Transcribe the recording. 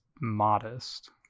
modest